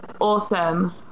awesome